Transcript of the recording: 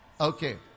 Okay